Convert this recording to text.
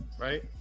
right